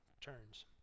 turns